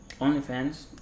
OnlyFans